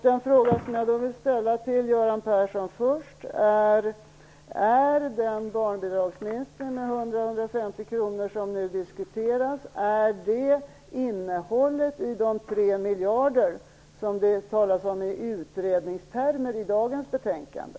Den fråga som jag först vill ställa till Göran Persson är: Är den barnbidragsminskning med 100-150 kr som nu diskuteras innehållet i de 3 miljarder som det i utredningstermer talas om i dagens betänkande?